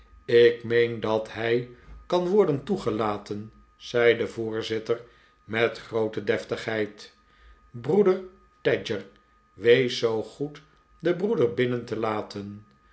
ik meen dat hij kan worden toegelaten zei de voorzitter met groote deftigheid broeder tadger wees zoo goed den broeder binnen te leiden